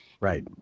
Right